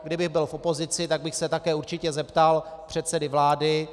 Kdybych byl v opozici, tak bych se také určitě zeptal předsedy vlády.